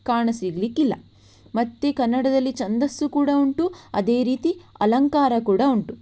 ಕಾಣಸಿಗಲಿಕ್ಕಿಲ್ಲ ಮತ್ತು ಕನ್ನಡದಲ್ಲಿ ಛಂದಸ್ಸು ಕೂಡ ಉಂಟು ಅದೇ ರೀತಿ ಅಲಂಕಾರ ಕೂಡ ಉಂಟು